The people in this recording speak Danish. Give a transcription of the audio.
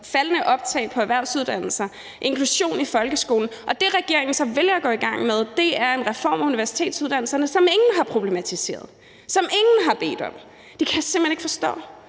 faldende optag på erhvervsuddannelserne og inklusion i folkeskolen, og at det, regeringen så vælger at gå i gang med, er en reform af universitetsuddannelserne, som ingen har problematiseret, og som ingen har bedt om. Det kan jeg simpelt hen ikke forstå.